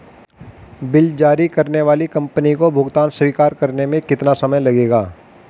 Bill जारी करने वाली कंपनी को भुगतान स्वीकार करने में कितना समय लगेगा?